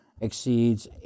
exceeds